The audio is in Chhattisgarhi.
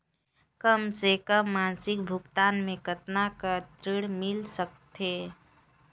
कम से कम मासिक भुगतान मे कतना कर ऋण मिल सकथे?